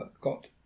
got